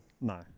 No